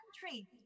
country